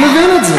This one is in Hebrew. אני מבין את זה.